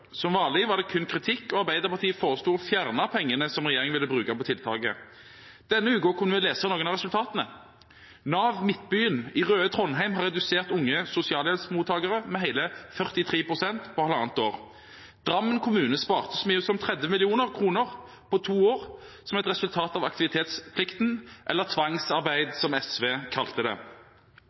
Som vanlig var det kun kritikk, og Arbeiderpartiet foreslo å fjerne pengene som regjeringen ville bruke på tiltaket. Denne uken kunne vi lese noen av resultatene. Nav Midtbyen i røde Trondheim reduserte antallet unge sosialhjelpsmottakere med hele 43 pst. på halvannet år. Drammen kommune sparte så mye som 30 mill. kr på to år som et resultat av aktivitetsplikten – eller tvangsarbeid som SV kalte det. Det